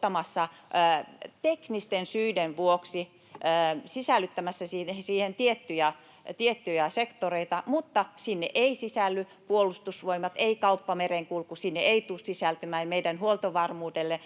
sanotusti teknisten syiden vuoksi sisällyttämässä siihen tiettyjä sektoreita, mutta sinne ei sisälly Puolustusvoimat, ei kauppamerenkulku. Sinne ei tule sisältymään meidän huoltovarmuudelle